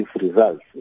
results